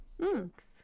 Thanks